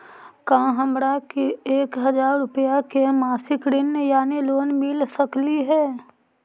का हमरा के एक हजार रुपया के मासिक ऋण यानी लोन मिल सकली हे?